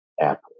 Apple